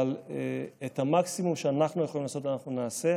אבל את המקסימום שאנחנו יכולים לעשות אנחנו נעשה.